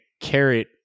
carrot